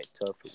Tough